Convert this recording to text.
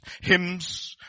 hymns